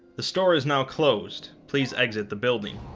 the store is now closed. please exit the building.